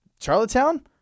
Charlottetown